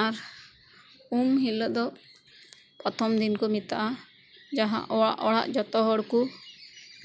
ᱟᱨ ᱩᱢ ᱦᱤᱞᱳᱜ ᱫᱚ ᱯᱨᱚᱛᱷᱚᱢ ᱫᱤᱱ ᱠᱚ ᱢᱛᱟᱜᱼᱟ ᱡᱟᱦᱟᱸ ᱚᱲᱟᱜ ᱚᱲᱟᱜ ᱡᱚᱛᱚ ᱦᱚᱲ ᱠᱚ